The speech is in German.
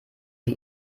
wie